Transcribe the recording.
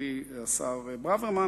ידידי השר ברוורמן